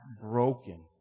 broken